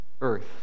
earth